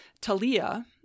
Talia